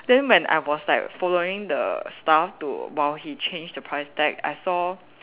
then when I was like following the staff to while he change the price tag I saw